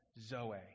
Zoe